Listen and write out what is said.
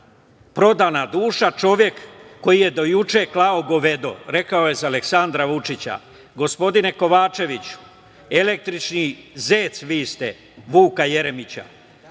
prodana duša, čovek koji je do juče klao govedo. Rekao je za Aleksandra Vučića. Gospodine Kovačević, vi ste električni zec Vuka Jeremića. Vučić